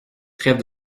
trêve